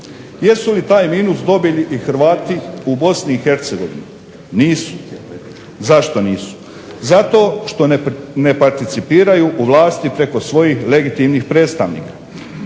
Jesu li taj minus dobili i Hrvati u BiH? Nisu. Zašto nisu? Zato što ne participiraju u vlasti preko svojih legitimnih predstavnika.